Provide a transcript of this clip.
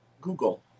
Google